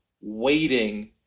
waiting